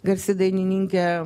garsi dainininkė